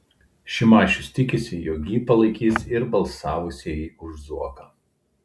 šimašius tikisi jog jį palaikys ir balsavusieji už zuoką